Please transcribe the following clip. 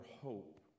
hope